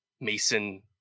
mason